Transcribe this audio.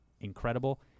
incredible